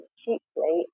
cheaply